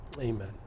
Amen